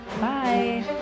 bye